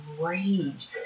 rage